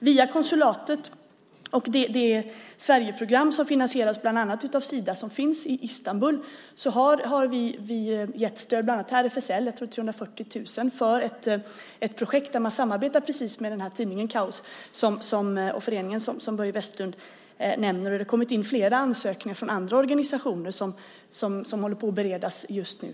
Via konsulatet och det svenska program, som finansieras bland annat av Sida, som finns i Istanbul har vi gett stöd bland annat till RFSL - jag tror 340 000 - för ett projekt där man samarbetar med tidningen och föreningen Kaos GL som Börje Vestlund nämner. Det har kommit in flera ansökningar från andra organisationer som håller på och beredas just nu.